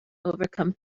overcome